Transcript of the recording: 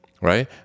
right